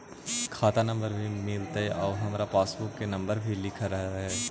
खाता नंबर भी मिलतै आउ हमरा पासबुक में नंबर लिखल रह है?